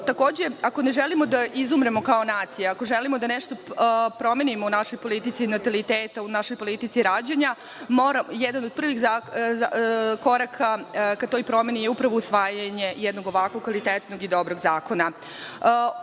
Takođe, ako ne želimo da izumremo kao nacija, ako želimo da nešto promenimo u našoj politici nataliteta, u našoj politici rađanja, jedan od prvih koraka ka toj promeni je upravo usvajanje jednog ovako kvalitetnog i dobrog zakona. Prvo